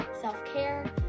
self-care